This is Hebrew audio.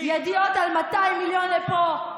ידיעות על 200 מיליון לפה,